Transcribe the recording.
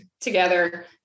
together